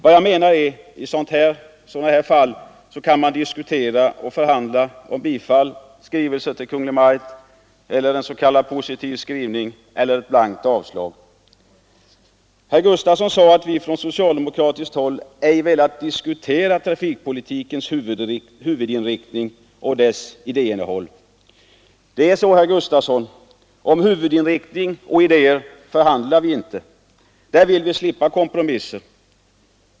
Vad jag menar är att man i sådana fall kan diskutera och förhandla om bifall, skrivelser till Kungl. Maj:t, s.k. positiv skrivning eller blankt avslag. Herr Gustafson säger att vi på socialdemokratiskt håll inte velat diskutera trafikpolitikens huvudinriktning och dess idéinnehåll. Det är så, herr Gustafson, att om huvudinriktning och idéer förhandlar vi inte. Där vill vi slippa kompromisser.